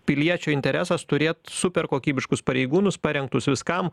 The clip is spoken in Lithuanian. piliečio interesas turėt super kokybiškus pareigūnus parengtus viskam